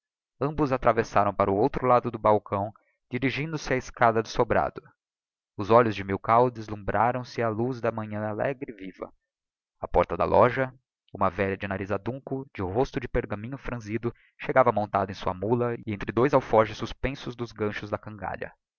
amíbos atravessaram para o outro lado do balcão dirigindo-se á escada do sobrado os olhos de milkau deslumbraram se á luz da manhã alegre e viva aporta da loja uma velha de nariz adunco de rosto de pergaminho franzido chegava montada em sua mula e entre dois alforges suspensos dos ganchos da cangalha